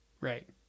Right